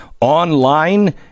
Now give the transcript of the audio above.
online